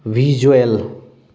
visual